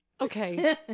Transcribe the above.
Okay